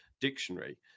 dictionary